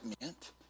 meant